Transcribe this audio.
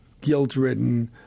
guilt-ridden